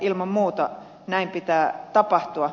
ilman muuta näin pitää tapahtua